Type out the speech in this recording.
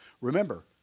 Remember